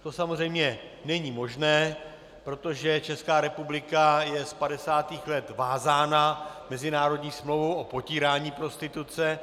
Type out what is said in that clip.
To samozřejmě není možné, protože Česká republika je z padesátých let vázána mezinárodní smlouvou o potírání prostituce.